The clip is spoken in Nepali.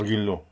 अघिल्लो